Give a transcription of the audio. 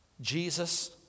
Jesus